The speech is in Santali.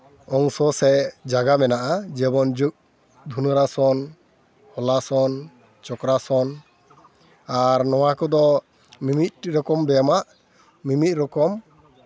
ᱚᱝᱥᱚ ᱥᱮ ᱡᱟᱭᱜᱟ ᱢᱮᱱᱟᱜᱼᱟ ᱡᱮᱢᱚᱱ ᱫᱷᱚᱱᱩᱨᱟᱥᱚᱱ ᱦᱚᱞᱟᱥᱚᱱ ᱪᱚᱠᱨᱟᱥᱚᱱ ᱟᱨ ᱱᱚᱣᱟ ᱠᱚᱫᱚ ᱢᱤᱢᱤᱫᱴᱮᱱ ᱨᱚᱠᱚᱢ ᱵᱮᱭᱟᱢᱟᱜ ᱢᱤᱢᱤᱫ ᱨᱚᱠᱚᱢ